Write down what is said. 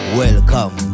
welcome